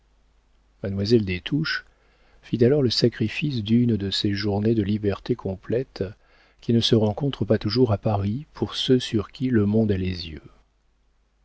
mademoiselle des touches fit alors le sacrifice d'une de ces journées de liberté complète qui ne se rencontrent pas toujours à paris pour ceux sur qui le monde a les yeux